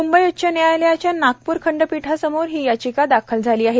मुंबई उच्च न्यायालयाच्या नागपूर खंडपीठासमोर ही याचिका दाखल झाली आहे